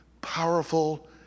powerful